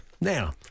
now